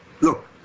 look